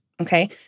okay